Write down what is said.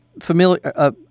familiar